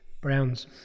Browns